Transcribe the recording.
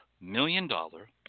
million-dollar